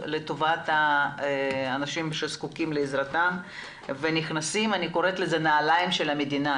לטובת האנשים שזקוקים לעזרתן ונכנסים לנעלי המדינה,